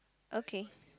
okay